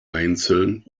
einzeln